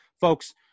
Folks